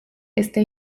este